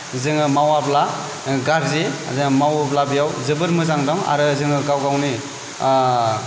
जोङो मावाब्ला गाज्रि जोङो मावोब्ला बेयाव जोबोर मोजां दं आरो जोङो गाव गावनि